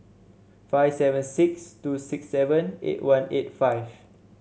five seven six two six seven eight one eight five